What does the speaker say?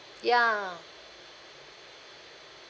ya